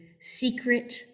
secret